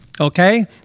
okay